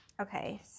Okay